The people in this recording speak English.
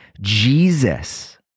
Jesus